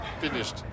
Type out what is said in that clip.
Finished